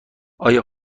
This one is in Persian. آیا